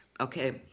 okay